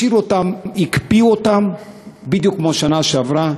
השאירו אותם, הקפיאו אותם בדיוק כמו בשנה שעברה.